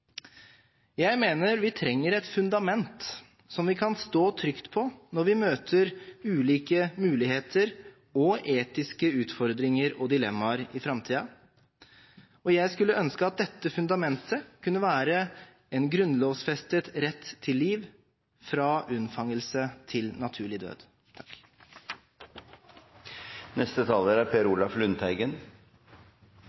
Jeg mener vi trenger et fundament som vi kan stå trygt på når vi møter ulike muligheter og etiske utfordringer og dilemmaer i framtiden, og jeg skulle ønske at dette fundamentet kunne være en grunnlovfestet rett til liv fra unnfangelse til naturlig død. Representanten Per